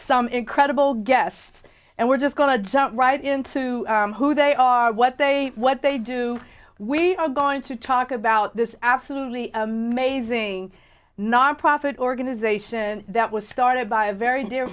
some incredible guests and we're just going to jump right into who they are what they what they do we are going to talk about this absolutely amazing nonprofit organization that was started by a very dear